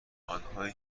آنهایی